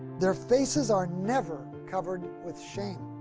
their faces are never covered with shame.